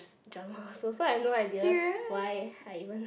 drama also so so I have no idea why I even